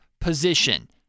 position